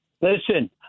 Listen